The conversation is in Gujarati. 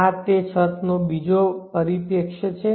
આ તે જ છતનો બીજો પરિપ્રેક્ષ્ય છે